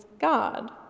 God